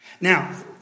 Now